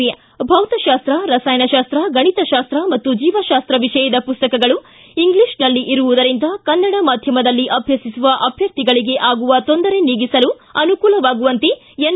B ಭೌತಶಾಸ್ತ ರಸಾಯನ ಶಾಸ್ತ ಗಣಿತಾಸ್ತ ಮತ್ತು ಜೀವಶಾಸ್ತ ವಿಷಯದ ಪುಸ್ತಕಗಳು ಇಂಗ್ಲಿಷ್ನಲ್ಲಿ ಇರುವುದರಿಂದ ಕನ್ನಡ ಮಾಧ್ಯಮದಲ್ಲಿ ಅಭ್ಯಸಿಸುವ ವಿದ್ಯಾರ್ಥಿಗಳಿಗೆ ಆಗುವ ತೊಂದರೆ ನೀಗಿಸಲು ಅನುಕೂಲವಾಗುವಂತೆ ಎನ್